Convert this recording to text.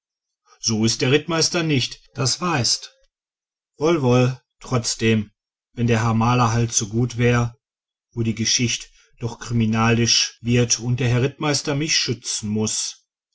so ist der herr rittmeister nicht das weißt wohl wohl trotzdem wenn der herr maler halt so gut wär wo die geschicht doch kriminalisch wird und der herr rittmeister mich schützen muß